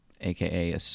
aka